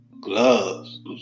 gloves